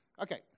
Okay